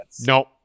Nope